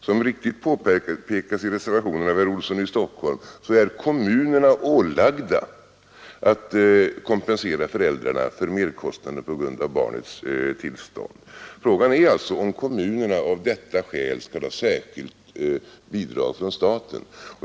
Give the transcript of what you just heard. Som riktigt påpekats i reservationen av herr Olssson i Stockholm är kommunerna ålagda att kompensera föräldrarna för merkostnader på grund av barnens tillstånd. Frågan är alltså om kommunerna av detta skäl skall ha särskilt bidrag från staten.